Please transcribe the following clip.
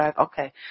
Okay